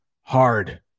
hard